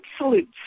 absolute